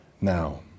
now